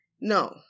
No